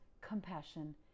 compassion